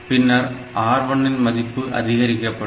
பின்னர் R1 இன் மதிப்பு அதிகரிக்கப்படும்